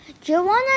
Joanna